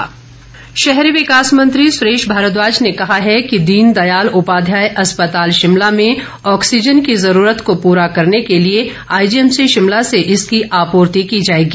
सुरेश भारद्वाज शहरी विकास मंत्री सुरेश भारद्वाज ने कहा है कि दीन दयाल उपाध्याय अस्पताल शिमला में ऑक्सीजन की ज़रूरत को पूरा करने के लिए आईजीएमसी शिमला से इसकी आपूर्ति की जाएगी